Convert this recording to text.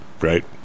right